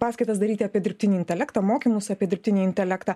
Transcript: paskaitas daryti apie dirbtinį intelektą mokymus apie dirbtinį intelektą